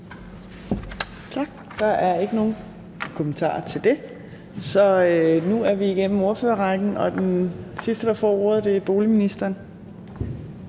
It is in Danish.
Tak. Der er ikke nogen kommentarer til det, så nu er vi igennem ordførerrækken, og den sidste, der får ordet – i hvert